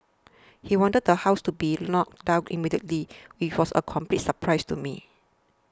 he wanted the house to be knocked down immediately before's a complete surprise to me